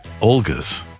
Olga's